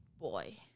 boy